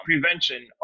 prevention